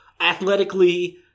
athletically